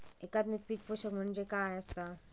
एकात्मिक पीक पोषण म्हणजे काय असतां?